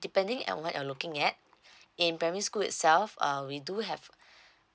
depending at what you looking at in primary school itself um we do have